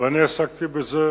ואני עסקתי בזה